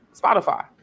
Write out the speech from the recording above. Spotify